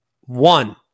one